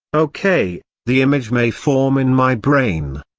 ok, the image may form in my brain.